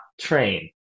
train